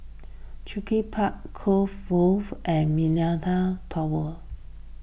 Cluny Park Cove Grove and Millenia Tower